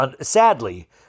sadly